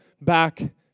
back